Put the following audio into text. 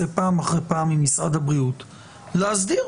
פעם אחרי פעם ממשרד הבריאות להסדיר.